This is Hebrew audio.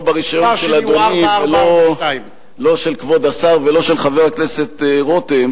לא ברשיון של אדוני ולא של כבוד השר ולא של חבר הכנסת רותם,